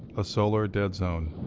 a solar dead zone.